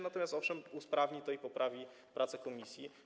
Natomiast, owszem, usprawni to i poprawi prace komisji.